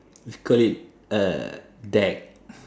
let's call it uh dag